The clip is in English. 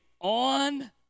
on